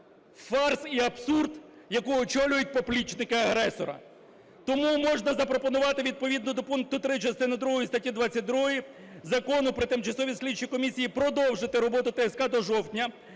фарс і абсурд, які очолюють поплічники агресора. Тому можна запропонувати відповідно до пункту 3 частини другої статті 22 Закону про тимчасові слідчі комісії продовжити роботу ТСК до жовтня